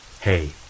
Hey